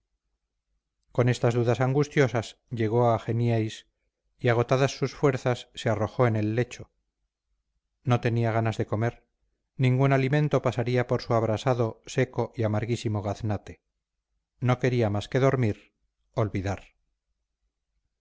con estas dudas angustiosas llegó a genieys y agotadas sus fuerzas se arrojó en el lecho no tenía ganas de comer ningún alimento pasaría por su abrasado seco y amarguísimo gaznate no quería más que dormir olvidar